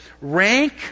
rank